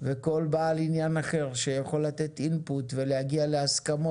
וכל בעל ענייו אחר שיכול לתת אינפוט ולהגיע להסכמות